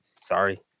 sorry